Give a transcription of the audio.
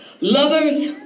Lovers